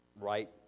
right